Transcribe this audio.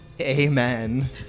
Amen